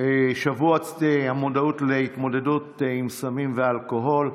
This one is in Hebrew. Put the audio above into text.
שבוע המודעות להתמודדות עם סמים ואלכוהול,